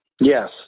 Yes